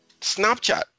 Snapchat